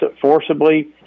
forcibly